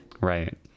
Right